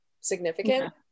significant